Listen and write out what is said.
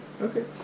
Okay